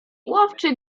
łowczy